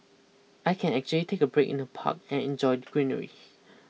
I can actually take a break in the park and enjoy the greenery